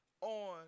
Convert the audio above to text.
on